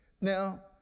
Now